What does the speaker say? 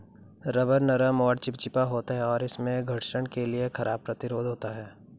rubber नरम और चिपचिपा होता है, और इसमें घर्षण के लिए खराब प्रतिरोध होता है